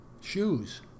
shoes